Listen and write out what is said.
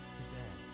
today